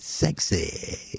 Sexy